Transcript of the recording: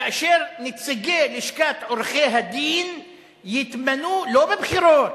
כאשר נציגי לשכת עורכי-הדין יתמנו לא בבחירות